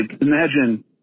imagine